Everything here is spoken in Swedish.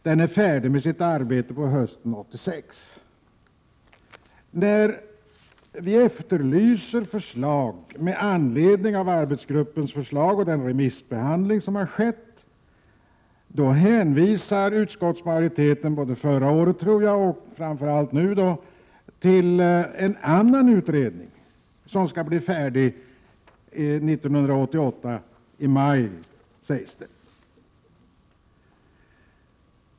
Den var färdig hösten 1986. När vi efterlyser förslag med anledning av arbetsgruppens förslag och den remissbehandling som har skett, då hänvisar utskottsmajoriteten till en annan utredning, som enligt uppgift skall bli färdig i maj 1988.